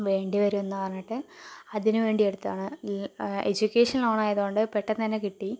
വേണ്ടി വരുന്ന് പറഞ്ഞിട്ട് അതിനുവേണ്ടി എടുത്തതാണ് എജൂക്കേഷൻ ലോണായതു കൊണ്ട് പെട്ടെന്ന് തന്നെ കിട്ടി